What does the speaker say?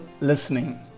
Listening